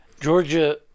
georgia